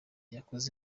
yakoze